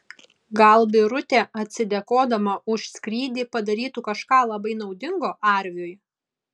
gal birutė atsidėkodama už skrydį padarytų kažką labai naudingo arviui